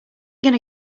gonna